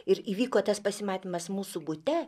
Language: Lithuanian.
ir įvyko tas pasimatymas mūsų bute